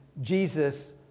Jesus